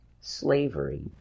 slavery